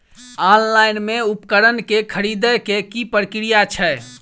Online मे उपकरण केँ खरीदय केँ की प्रक्रिया छै?